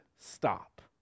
stop